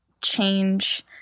change